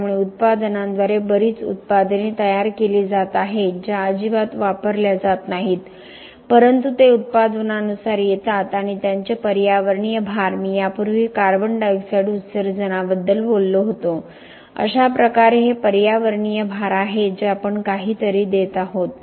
त्यामुळे उत्पादनांद्वारे बरीच उत्पादने तयार केली जात आहेत ज्या अजिबात वापरल्या जात नाहीत परंतु ते उत्पादनानुसार येतात आणि त्यांचे पर्यावरणीय भार मी यापूर्वी कार्बन डायऑक्साइड उत्सर्जनाबद्दल बोललो होतो अशा प्रकारे हे पर्यावरणीय भार आहेत जे आपण काहीतरी देत आहोत